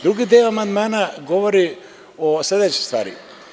Drugi deo amandmana govori o sledećoj stvari.